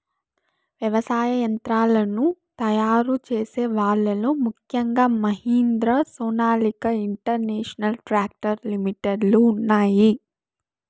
వ్యవసాయ యంత్రాలను తయారు చేసే వాళ్ళ లో ముఖ్యంగా Mahindra, Sonalika international tractor limited లు ఉన్నాయి